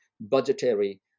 budgetary